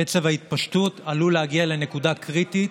קצב ההתפשטות עלול להגיע לנקודה קריטית,